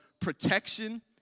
protection